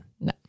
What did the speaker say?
No